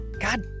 God